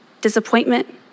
disappointment